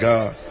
God